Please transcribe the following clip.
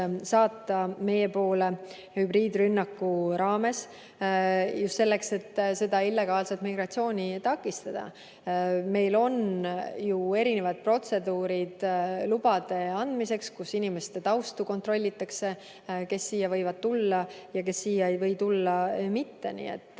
saata meie poole hübriidrünnaku raames. Teeme koostööd just selleks, et seda illegaalset migratsiooni takistada. Meil on ju erinevad protseduurid lubade andmiseks, inimeste tausta kontrollitakse, et kes siia võib tulla ja kes siia ei või mitte tulla. Nii et